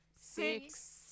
six